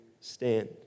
stand